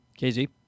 KZ